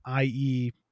IE